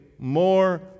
more